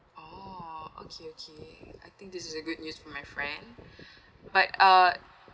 oh okay okay I think this is a good news for my friend but uh